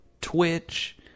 Twitch